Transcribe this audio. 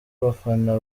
bafana